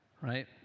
right